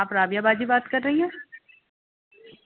آپ رابعہ باجی بات کر رہی ہیں